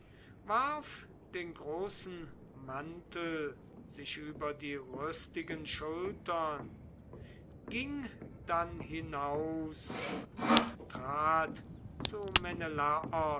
warf den großen mantel sich über die rüstigen schultern ging dann hinaus und trat zu